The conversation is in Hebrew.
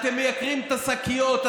אתם מייקרים את השקיות,